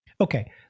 Okay